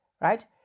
Right